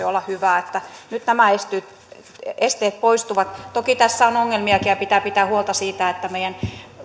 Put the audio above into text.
olla hyvää nyt nämä esteet poistuvat toki tässä on ongelmiakin ja pitää pitää huolta siitä että meidän